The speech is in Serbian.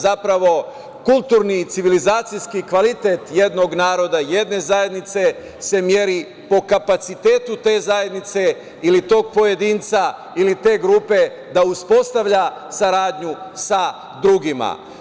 Zapravo, kulturni i civilizacijski kvalitet jednog naroda, jedne zajednice se meri po kapacitetu te zajednice ili tog pojedinca ili te grupe, da uspostavlja saradnju sa drugima.